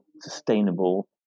sustainable